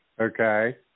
okay